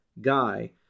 guy